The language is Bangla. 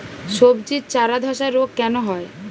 সবজির চারা ধ্বসা রোগ কেন হয়?